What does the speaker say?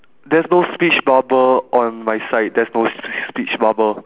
there's no speech bubble on my side there's no sp~ speech bubble